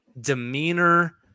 demeanor